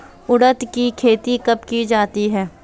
उड़द की खेती कब की जाती है?